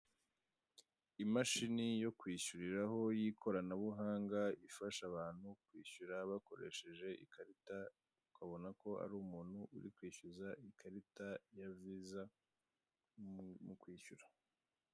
Imashini yo kwishyuriraho y'ikoranabuhanga ifasha abantu kwishyura bakoresheje ikarita, ukabona ko ari umuntu uri kwishyuza ikarita ya VIZA mu kwishyura.